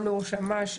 גם לראש אמ"ש.